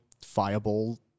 fireball